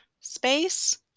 space